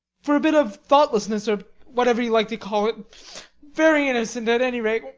for a bit of thoughtlessness, or whatever you like to call it very innocent, at any rate.